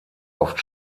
oft